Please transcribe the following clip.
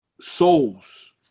souls